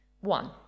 one